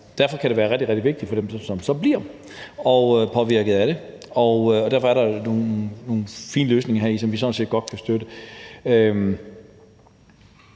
Derfor kan det være rigtig, rigtig vigtigt for dem, som så bliver påvirket af det, og derfor er der nogle fine løsninger heri, som vi sådan set